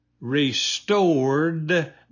restored